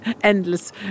endless